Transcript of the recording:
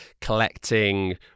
collecting